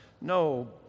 No